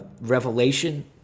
revelation